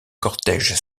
cortège